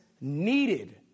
needed